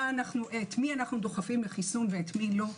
את י שאנו דוחפים לחיסון ואת מי לא.